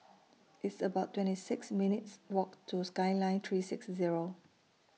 It's about twenty six minutes' Walk to Skyline three six Zero